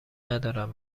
ندارم